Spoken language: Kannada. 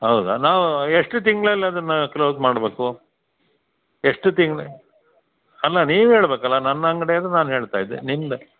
ಹೌದಾ ನಾವು ಎಷ್ಟು ತಿಂಗ್ಳಲ್ಲಿ ಅದನ್ನು ಕ್ಲೋಸ್ ಮಾಡಬೇಕು ಎಷ್ಟು ತಿಂಗಳು ಅಲ್ಲ ನೀವು ಹೇಳಬೇಕಲ್ಲ ನನ್ನ ಅಂಗಡಿ ಆದ್ರೆ ನಾನು ಹೇಳ್ತಾಯಿದ್ದೆ ನಿಮ್ದು